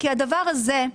כי הדבר הזה,